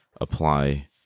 apply